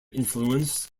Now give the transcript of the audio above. influence